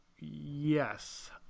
yes